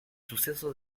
suceso